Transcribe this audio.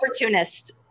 opportunist